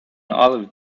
olive